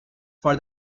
for